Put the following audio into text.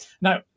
Now